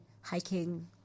hiking